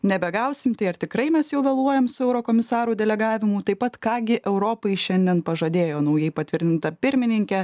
nebegausim tai ar tikrai mes jau vėluojam su eurokomisarų delegavimu taip pat ką gi europai šiandien pažadėjo naujai patvirtinta pirmininkė